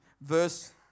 verse